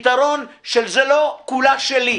פתרון שזה לא כולה שלי.